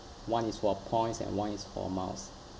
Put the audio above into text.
one is for points and one is for miles